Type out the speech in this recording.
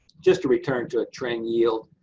just a return to a trend yield.